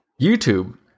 YouTube